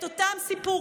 את אותם סיפורים,